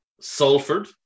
Salford